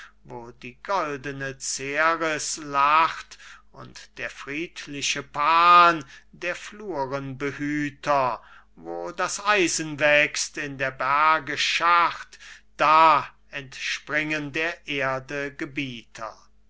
wo die goldene ceres lacht und der friedliche pan der flurenbehüter wo das eisen wächst in der berge schacht da entspringen der erde gebieter